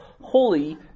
holy